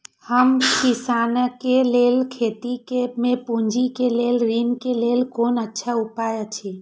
हम किसानके लेल खेती में पुंजी के लेल ऋण के लेल कोन अच्छा उपाय अछि?